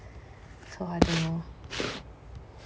so I don't know